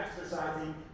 exercising